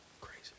Crazy